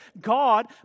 God